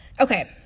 okay